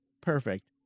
Perfect